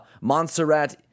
Montserrat